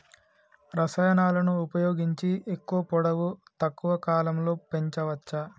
రసాయనాలను ఉపయోగించి ఎక్కువ పొడవు తక్కువ కాలంలో పెంచవచ్చా?